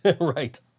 Right